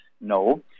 No